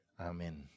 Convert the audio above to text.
Amen